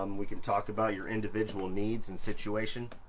um we can talk about your individual needs and situation.